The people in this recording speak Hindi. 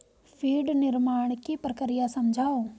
फीड निर्माण की प्रक्रिया समझाओ